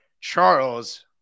Charles